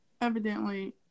evidently